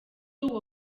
uwo